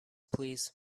please